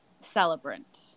celebrant